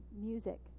music